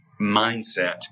mindset